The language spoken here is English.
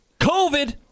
COVID